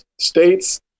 states